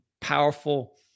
powerful